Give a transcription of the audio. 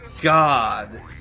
God